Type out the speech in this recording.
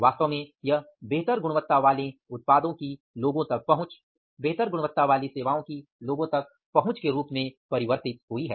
वास्तव में यह बेहतर गुणवत्ता वाले उत्पादों की लोगों तक पहुँच बेहतर गुणवत्ता वाली सेवाओं की लोगों तक पहुंच के रूप में परिवर्तित हुई है